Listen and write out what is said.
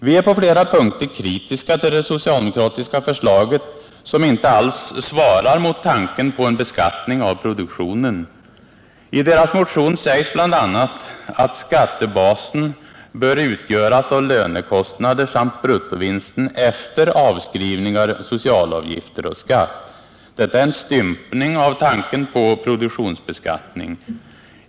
Vi är på flera punkter kritiska till det socialdemokratiska förslaget, som inte alls svarar mot tanken på en beskattning av produktionen. I socialdemokraternas motion sägs bl.a. att skattebasen bör utgöras av lönekostnader samt bruttovinsten efter avskrivningar, socialavgifter och skatt. Detta är en stympning av tanken på produktionsbeskattning.